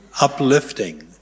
Uplifting